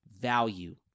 value